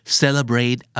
celebrate